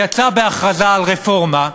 היא יצאה בהכרזה על רפורמה,